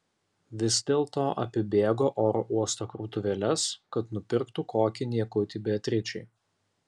vis dėlto apibėgo oro uosto krautuvėles kad nupirktų kokį niekutį beatričei